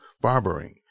barbering